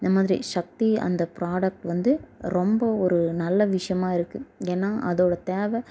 இந்த மாதிரி சக்தி அந்த ஃப்ராடக்ட் வந்து ரொம்ப ஒரு நல்ல விஷயமா இருக்கு ஏன்னா அதோட தேவை